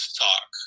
talk